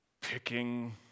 picking